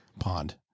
pond